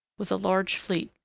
with a large fleet,